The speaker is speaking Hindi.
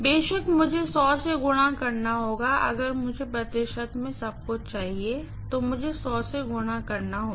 बेशक मुझे इसे से गुणा करना होगा अगर मुझे प्रतिशत में सब कुछ चाहिए तो मुझे से गुणा करना होगा